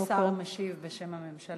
כבוד השר משיב בשם הממשלה.